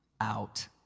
out